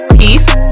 peace